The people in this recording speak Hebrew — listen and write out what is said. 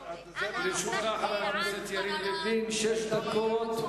לרשותך, חבר הכנסת יריב לוין, שש דקות.